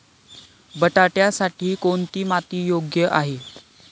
बटाट्यासाठी कोणती माती योग्य आहे?